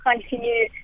continue